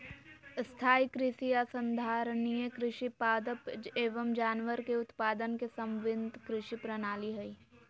स्थाई कृषि या संधारणीय कृषि पादप एवम जानवर के उत्पादन के समन्वित कृषि प्रणाली हई